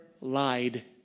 lied